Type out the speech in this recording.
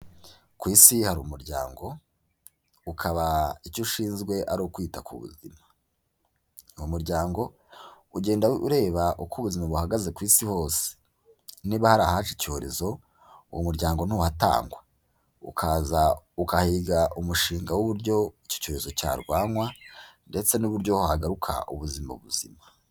Ku isi hari umuryango ukaba icyo ushinzwe ari ukwita ku buzima. Ni umuryango ugenda ureba uko ubuzima buhagaze ku isi hose. Niba hari ahaje icyorezo uwo muryango ntuhatangwa ukaza ukahiga umushinga w'uburyo icyo cyorezo cyarwanywa ndetse n'uburyo hagaruka ubuzima buzima.